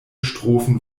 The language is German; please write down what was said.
strophen